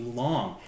long